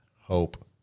hope